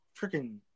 freaking